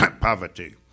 poverty